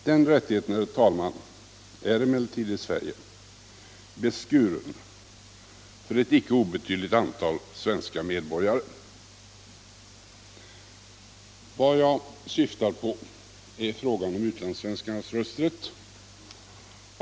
Den rättigheten, herr talman, är emellertid i Sverige beskuren för ett icke obetydligt antal svenska medborgare. Vad jag syftar på är frågan om utlandssvenskarnas rösträtt.